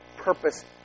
purpose